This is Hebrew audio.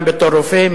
גם בתור רופא,